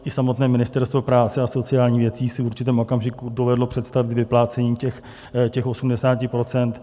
I samotné Ministerstvo práce a sociálních věcí si v určitém okamžiku dovedlo představit vyplácení těch 80 %.